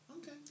okay